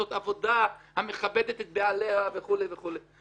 זאת עבודה המכבדת את בעליה וכו' וכו'.